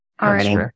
already